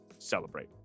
celebrate